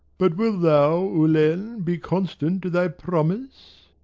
but wilt thou ulen, be constant to thy promise?